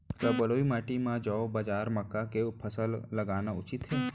का बलुई माटी म जौ, बाजरा, मक्का के फसल लगाना उचित हे?